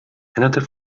another